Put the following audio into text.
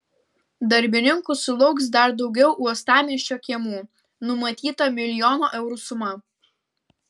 darbininkų sulauks dar daugiau uostamiesčio kiemų numatyta milijono eurų suma